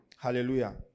hallelujah